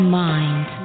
mind